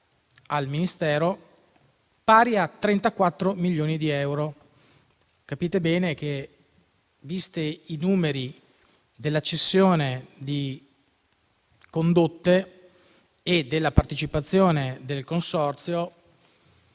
una parcella pari a 34 milioni di euro. Capite bene che, visti i numeri della cessione di Condotte e della partecipazione del consorzio,